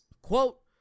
Quote